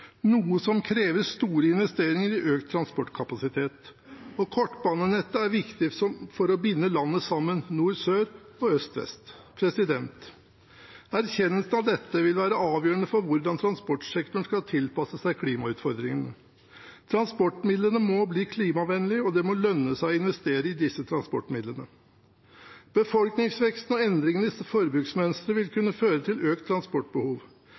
noe som krever store investeringer i økt transportkapasitet. Kortbanenettet er viktig for å binde landet sammen – nord–sør og øst–vest. Erkjennelsen av dette vil være avgjørende for hvordan transportsektoren skal tilpasse seg klimautfordringene. Transportmidlene må bli klimavennlige, og det må lønne seg å investere i disse transportmidlene. Befolkningsveksten og endringene i forbruksmønster vil kunne føre til økt transportbehov,